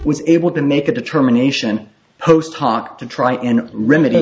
was able to make a determination post hoc to try and remedy